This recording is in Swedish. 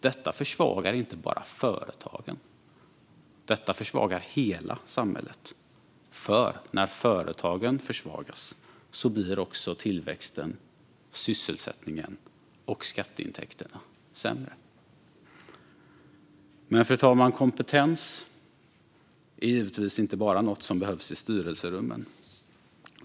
Detta försvagar inte bara företagen, utan det försvagar hela samhället. När företagen försvagas blir också tillväxten, sysselsättningen och skatteintäkterna sämre. Fru talman! Kompetens är givetvis inte bara något som behövs i styrelserummen.